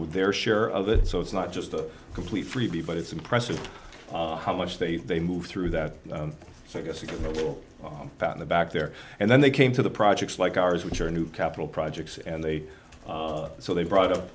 with their share of it so it's not just a complete freebie but it's impressive how much they they moved through that so i guess if you're a little pat on the back there and then they came to the projects like ours which are new capital projects and they so they brought up